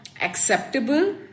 acceptable